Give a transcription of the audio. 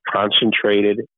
concentrated